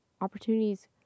opportunities